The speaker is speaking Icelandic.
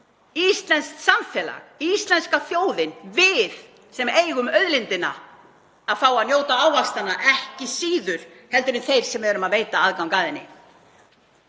íslenskt samfélag, íslenska þjóðin, við sem eigum auðlindina, að fá að njóta ávaxtanna ekki síður en þeir sem við erum að veita aðgang að henni.